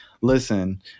listen